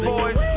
Boys